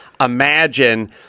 imagine